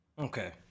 Okay